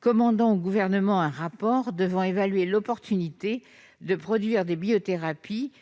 prévoit la remise par le Gouvernement d'un rapport évaluant l'opportunité de produire des biothérapies